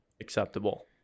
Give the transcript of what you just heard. acceptable